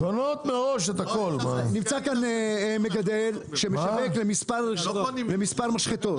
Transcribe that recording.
נמצא כאן מגדל שמשווק למספר משחטות.